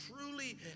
truly